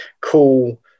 cool